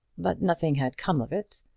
but nothing had come of it,